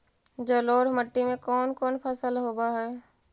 जलोढ़ मट्टी में कोन कोन फसल होब है?